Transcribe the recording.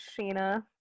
Sheena